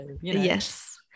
Yes